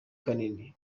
kanini